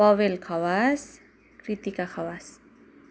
Pavel Khawas Kritika Khawas